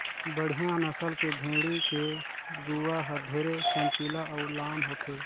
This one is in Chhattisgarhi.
बड़िहा नसल के भेड़ी के रूवा हर ढेरे चमकीला अउ लाम होथे